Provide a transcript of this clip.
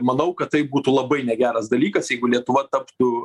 manau kad tai būtų labai negeras dalykas jeigu lietuva taptų